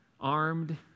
armed